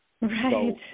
Right